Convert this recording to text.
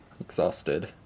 exhausted